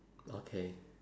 okay